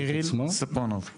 קיריל ספונוב.